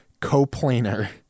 coplanar